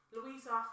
Louisa